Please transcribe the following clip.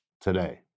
today